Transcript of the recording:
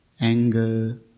anger